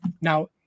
Now